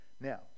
Now